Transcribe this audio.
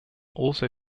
also